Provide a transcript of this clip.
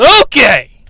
Okay